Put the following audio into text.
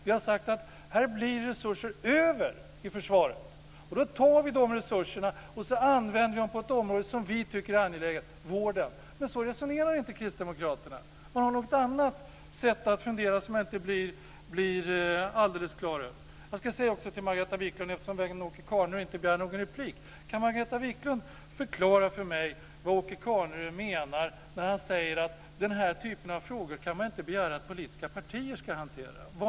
Vi har sagt att det blir resurser över i försvaret. Då tar vi dessa resurser och använder dem på ett område som vi tycker är angeläget, nämligen vården. Men så resonerar inte Kristdemokraterna. De har något annat sätt att fundera på som jag inte blir klok på. Eftersom vännen Åke Carnerö inte begär någon replik, undrar jag om Margareta Viklund kan förklara för mig vad Åke Carnerö menar när han säger att man inte kan begära att politiska partier ska hantera den här typen av frågor.